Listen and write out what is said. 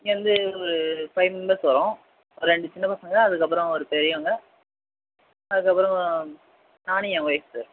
இங்கேயிருந்து ஒரு five members வர்றோம் ஒரு அஞ்சு சின்னப்பசங்க அதுக்கப்புறம் ஒரு பெரியவங்க அதுக்கப்புறம் நான் என் ஒய்ஃப் சார்